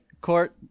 court